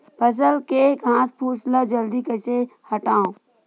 फसल के घासफुस ल जल्दी कइसे हटाव?